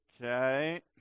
Okay